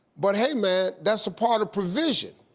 but hey man, that's a part of provision.